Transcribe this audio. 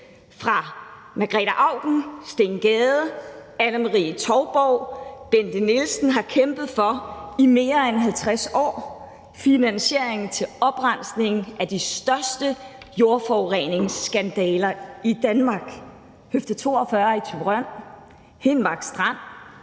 fra Margrete Auken, Steen Gade, Anna Marie Touborg til Bente Nielsen har kæmpet for i mere end 50 år, nemlig en finansiering til en oprensning af de største jordforureningsskandaler i Danmark. Høfde 42 i Thyborøn, Henne Strand,